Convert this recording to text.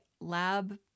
lab